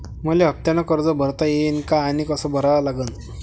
मले हफ्त्यानं कर्ज भरता येईन का आनी कस भरा लागन?